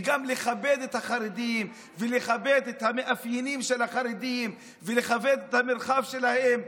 וגם לכבד את החרדים ולכבד את המאפיינים של החרדים ולכבד את המרחב שלהם,